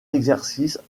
exercice